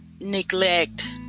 neglect